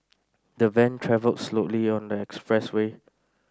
the van travelled slowly on the expressway